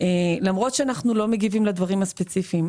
למרות שאנחנו לא מגיבים לדברים הספציפיים,